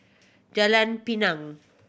Jalan Pinang